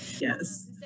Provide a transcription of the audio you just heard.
Yes